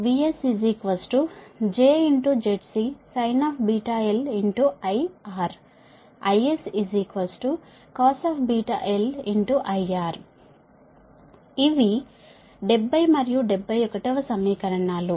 VS jZC sinIR IScosIR ఇవి 70 మరియు 71 వ సమీకరణాలు